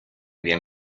bien